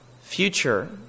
future